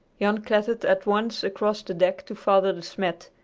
jan clattered at once across the deck to father de smet,